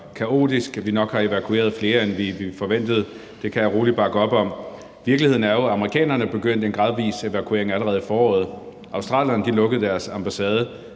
at vi nok har evakueret flere, end vi forventede. Det kan jeg roligt bakke op om. Virkeligheden er jo, at amerikanerne begyndte en gradvis evakuering allerede i foråret. Australierne lukkede deres ambassade.